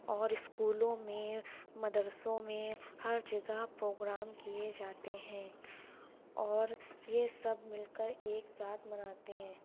اور اسکولوں میں مدرسوں میں ہر جگہ پروگرام کیے جاتے ہیں اور یہ سب مل کر ایک ساتھ مناتے ہیں